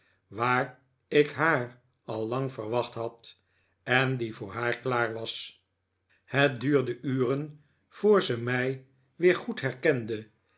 waar ik haar al lang verwacht had en die voor haar klaar was het duurde uren voor ze mij weer goed herkende